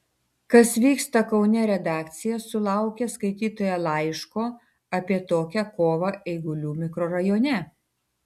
kas vyksta kaune redakcija sulaukė skaitytojo laiško apie tokią kovą eigulių mikrorajone